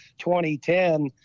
2010